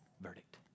verdict